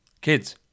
Kids